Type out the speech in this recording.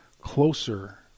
closer